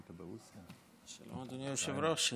שלום, אדוני היושב-ראש.